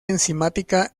enzimática